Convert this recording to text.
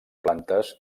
plantes